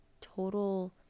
total